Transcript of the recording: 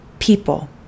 people